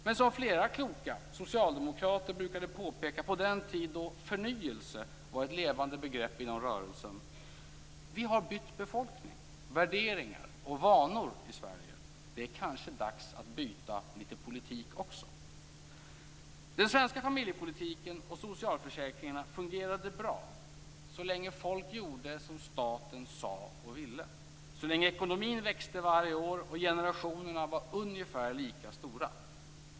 Men som flera kloka socialdemokrater brukade påpeka på den tid då förnyelse var ett levande begrepp inom rörelsen: Vi har bytt befolkning, värderingar och vanor i Sverige. Det är kanske dags att byta litet politik också. Den svenska familjepolitiken och socialförsäkringarna fungerade bra så länge folk gjorde som staten sade och ville, så länge ekonomin växte varje år och generationerna var ungefär lika stora.